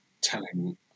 telling